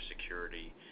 security